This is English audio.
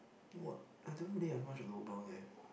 what I don't really have much of a lobang eh